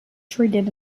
treated